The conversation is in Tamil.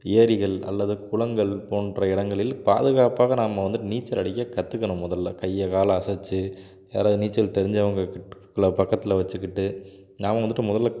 ஏரிகள் அல்லது குளங்கள் போன்ற இடங்களில் பாதுகாப்பாக நாம் வந்துட்டு நீச்சல் அடிக்கக் கற்றுக்கணும் முதல்ல கையை காலை அசைச்சி யாராவது நீச்சல் தெரிஞ்சவங்க கிட்ட கள பக்கத்தில் வச்சுக்கிட்டு நாம் வந்துட்டு முதல்ல